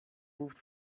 moved